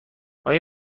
آیا